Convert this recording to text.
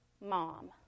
mom